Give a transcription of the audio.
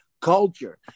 culture